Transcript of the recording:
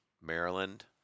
Maryland